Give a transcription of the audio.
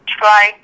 try